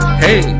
hey